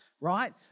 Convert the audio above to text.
right